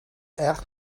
erg